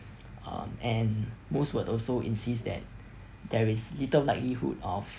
um and most would also insist that there is little likelihood of